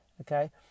Okay